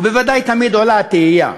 ובוודאי תמיד עולה התהייה,